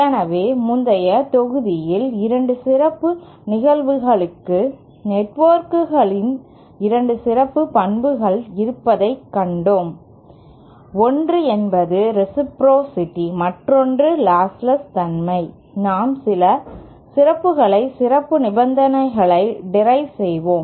எனவே முந்தைய தொகுதியில் 2 சிறப்பு நிகழ்வுகளுக்கு நெட்ஒர்க்குகளின் 2 சிறப்பு பண்புகள் இருப்பதைக் கண்டோம் 1 என்பது ரேசிப்ரோசிடி மற்றொன்று லாஸ்ட்லெஸ் தன்மை நாம் சில சிறப்புகளைப் சிறப்பு நிபந்தனைகளை டிரைவ் செய்வோம்